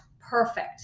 perfect